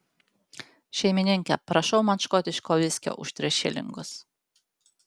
šeimininke prašau man škotiško viskio už tris šilingus